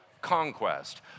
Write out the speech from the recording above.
conquest